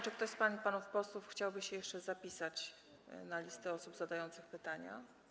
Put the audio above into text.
Czy ktoś z pań i panów posłów chciałby się jeszcze wpisać na listę osób zadających pytania?